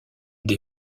des